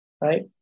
right